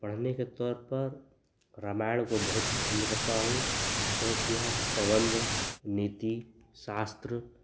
पढ़ने के तौर पर रामायण को बहुत पसन्द करता हूँ क्योंकि यहाँ प्रबन्ध नीति शास्त्र